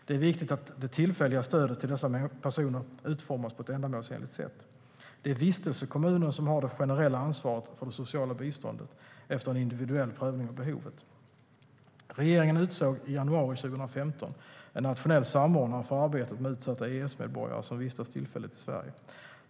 Det är viktigt att det tillfälliga stödet till dessa personer utformas på ett ändamålsenligt sätt. Det är vistelsekommunen som har det generella ansvaret för det sociala biståndet efter en individuell prövning av behovet. Regeringen utsåg i januari 2015 en nationell samordnare för arbetet med utsatta EES-medborgare som vistas tillfälligt i Sverige.